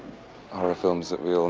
horror films that we